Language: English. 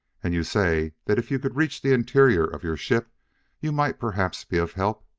and you say that if you could reach the interior of your ship you might perhaps be of help.